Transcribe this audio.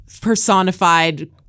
personified